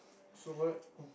so what